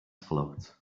float